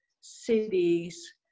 cities